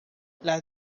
las